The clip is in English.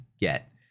get